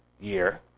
year